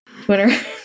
Twitter